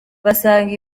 basanga